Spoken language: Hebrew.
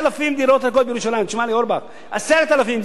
תשמע לי, אורבך, 10,000. זה נבדק מכל הזוויות.